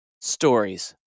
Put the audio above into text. stories